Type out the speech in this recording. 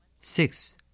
Six